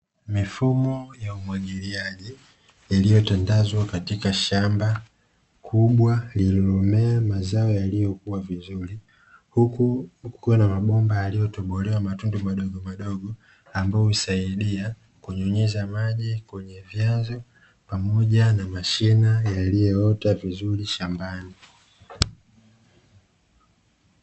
Mifumo ya umwagiliaji iliyotandazwa katika shamba kubwa lililomea mazao yaliyokua vizuri, huku kukiwa na mabomba yaliyotobolewa matundu madogomadogo ambayo husaidia kunyunyiza maji kwenye vyanzo pamoja na mashina yaliyoota vizuri shambani.